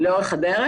לאורך הדרך,